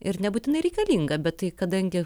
ir nebūtinai reikalinga bet tai kadangi